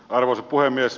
arvoisa puhemies